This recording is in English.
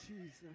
Jesus